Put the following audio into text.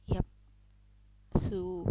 yup 食物